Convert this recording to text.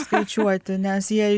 skaičiuoti nes jie